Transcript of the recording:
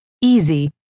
easy